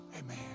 Amen